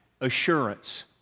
assurance